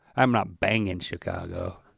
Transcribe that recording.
i'm not bangin' chicago.